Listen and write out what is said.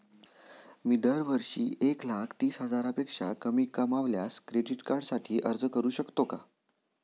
मी दरवर्षी एक लाख तीस हजारापेक्षा कमी कमावल्यास क्रेडिट कार्डसाठी अर्ज करू शकतो का?